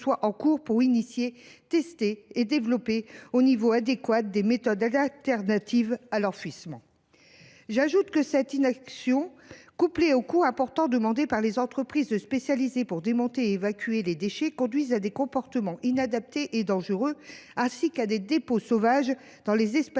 soit en cours pour imaginer, tester et développer au niveau adéquat des méthodes alternatives à l’enfouissement. J’ajoute que cette inaction, couplée aux coûts importants demandés par les entreprises spécialisées pour démonter et évacuer les déchets, conduit à des comportements inadaptés et dangereux, avec notamment des dépôts sauvages dans l’espace public